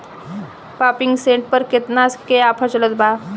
Pumping set पर केतना के ऑफर चलत बा?